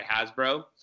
Hasbro